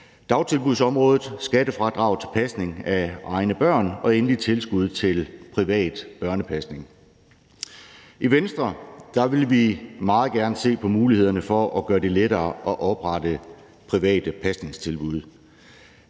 dagtilbudsområdet, skattefradrag til pasning af egne børn og endelig tilskud til privat børnepasning. I Venstre vil vi meget gerne se på mulighederne for at gøre det lettere at oprette private pasningstilbud.